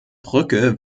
brücke